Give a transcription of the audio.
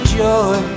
joy